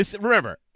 remember